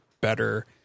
better